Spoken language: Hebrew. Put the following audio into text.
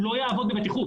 הוא לא יעבוד בבטיחות.